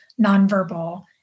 nonverbal